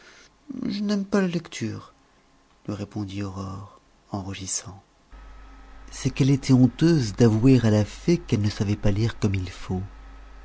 je n'aime pas la lecture lui répondit aurore en rougissant c'est qu'elle était honteuse d'avouer à la fée qu'elle ne savait pas lire comme il faut